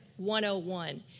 101